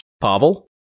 Pavel